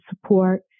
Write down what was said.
support